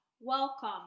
Welcome